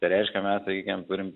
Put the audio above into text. tai reiškia mes sakykim turim